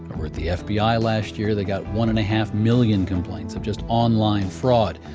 over at the fbi last year, they got one and a half million complaints of just online fraud,